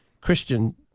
Christian